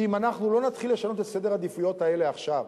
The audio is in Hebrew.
כי אם אנחנו לא נתחיל לשנות את סדר העדיפויות הזה עכשיו,